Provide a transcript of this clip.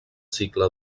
cicle